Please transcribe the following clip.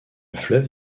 fleuve